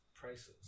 Prices